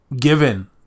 given